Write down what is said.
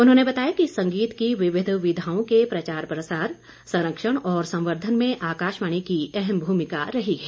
उन्होंने बताया कि संगीत की विविध विधाओं के प्रचार प्रसार संरक्षण और संवर्धन में आकाशवाणी की अहम भूमिका रही है